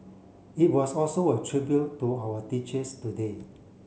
it was also a tribute to our teachers today